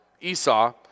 Esau